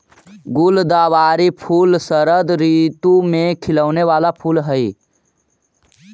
गुलदावरी फूल शरद ऋतु में खिलौने वाला फूल हई